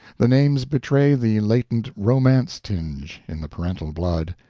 the names betray the latent romance-tinge in the parental blood,